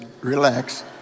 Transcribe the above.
Relax